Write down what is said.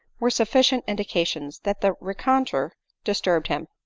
were sufficient indications that the ren contre disturbed him.